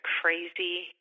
crazy